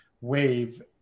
wave